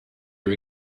are